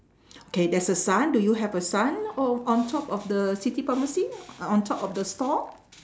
okay there's a sun do you have a sun o~ on top of the city pharmacy on top of the store